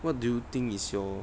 what do you think is your